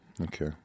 Okay